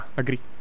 agree